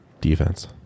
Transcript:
defense